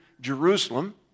Jerusalem